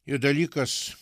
ir dalykas